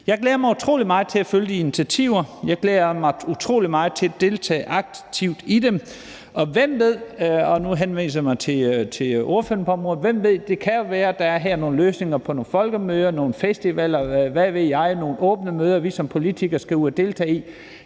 Jeg glæder mig utrolig meget til at følge de initiativer, jeg glæder mig utrolig meget til at deltage aktivt i dem, og hvem – og nu henvender jeg mig til ordførerne på området – ved: Det kan jo være, at der her er nogle løsninger i forhold til nogle folkemøder, nogle festivaler – hvad ved jeg – nogle åbne møder, vi som politikere skal ud at deltage i.